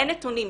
אין נתונים,